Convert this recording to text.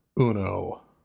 Uno